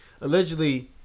allegedly